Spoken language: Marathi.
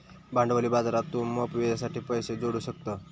भांडवली बाजारात तू मोप वेळेसाठी पैशे जोडू शकतं